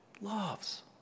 loves